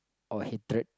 or hatred